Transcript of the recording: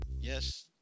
yes